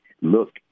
look